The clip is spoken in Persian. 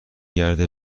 گرده